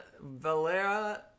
Valera